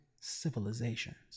civilizations